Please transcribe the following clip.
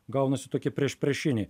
gaunasi tokie priešpriešiniai